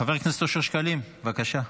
חבר הכנסת אושר שקלים, בבקשה.